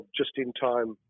just-in-time